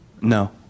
no